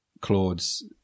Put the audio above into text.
Claude's